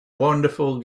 wonderful